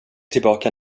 tillbaka